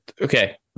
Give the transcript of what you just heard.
okay